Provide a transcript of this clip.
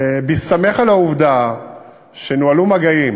בהסתמך על העובדה שנוהלו מגעים